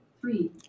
Three